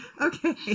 Okay